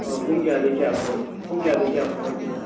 ꯑꯣ ꯄꯨꯡ ꯀꯌꯥꯗꯩ ꯀꯌ ꯐꯥꯎ ꯄꯨꯡ ꯀꯌꯥꯗꯩ ꯀꯌꯥꯐꯥꯎ ꯑꯣꯏꯗꯣꯏꯅꯣ